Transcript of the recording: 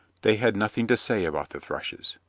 they had nothing to say about the thrushes.